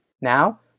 now